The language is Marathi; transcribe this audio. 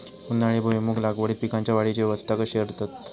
उन्हाळी भुईमूग लागवडीत पीकांच्या वाढीची अवस्था कशी करतत?